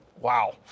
wow